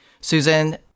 Susan